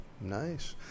nice